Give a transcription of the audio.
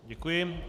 Děkuji.